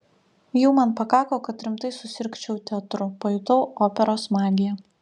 jų man pakako kad rimtai susirgčiau teatru pajutau operos magiją